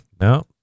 No